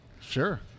Sure